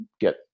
get